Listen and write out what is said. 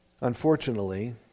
Unfortunately